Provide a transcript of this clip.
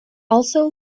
also